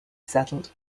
settled